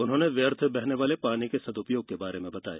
उन्होंने व्यर्थ बहने वाले पानी के सद्पयोग के बारे में बताया